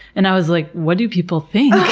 and i was like, what do people think?